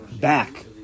back